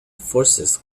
forces